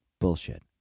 Bullshit